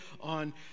on